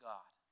God